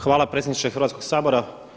Hvala predsjedniče Hrvatskog sabora.